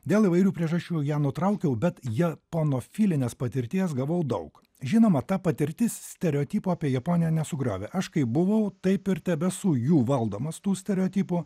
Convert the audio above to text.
dėl įvairių priežasčių ją nutraukiau bet japonofilinės patirties gavau daug žinoma ta patirtis stereotipo apie japoniją nesugriovė aš kaip buvau taip ir tebesu jų valdomas tų stereotipų